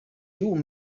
you